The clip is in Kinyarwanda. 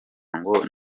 ngo